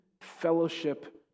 fellowship